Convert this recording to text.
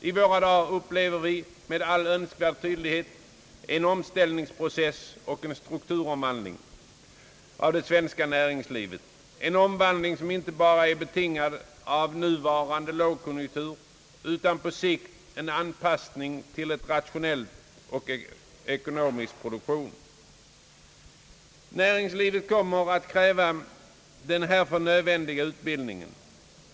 I våra dagar upplever vi med all önskvärd tydlighet en omställningsprocess och en strukturomvandling av det svenska näringslivet, en omvandling som inte bara är betingad av den nuvarande lågkonjunkturen utan på sikt innebär en anpassning till en rationell och ekonomisk produktion. Näringslivet kommer att kräva den härför nödvändiga utbildningen.